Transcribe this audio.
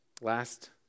Last